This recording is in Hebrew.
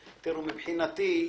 --- דוח ממשלתי.